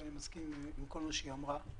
ואני מסכים עם כל מה שהיא אמרה,